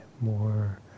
more